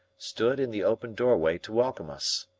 stood in the open doorway to welcome us.